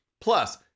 Plus